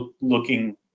looking